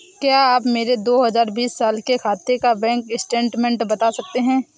क्या आप मेरे दो हजार बीस साल के खाते का बैंक स्टेटमेंट बता सकते हैं?